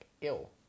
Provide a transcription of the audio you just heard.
ill